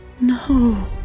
No